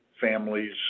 families